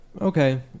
okay